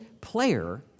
player